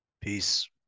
Peace